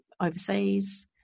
overseas